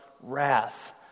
wrath